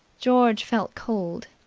george felt cold.